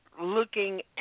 looking